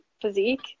physique